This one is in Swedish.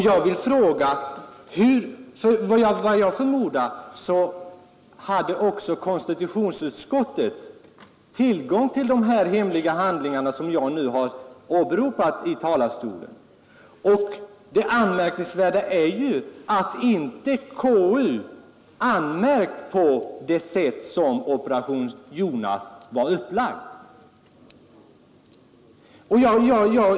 Jag förmodar att konstitutionsutskottet hade tillgång till de hemliga handlingar som jag nu har åberopat. Det anmärkningsvärda är då att inte konstitutionsutskottet har anmäkrt mot det sätt på vilket Operation Jonas var upplagd.